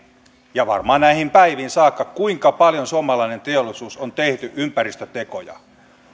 ja varmaan näihin päiviin saakka kuinka paljon suomalainen teollisuus on tehnyt ympäristötekoja